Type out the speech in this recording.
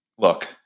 Look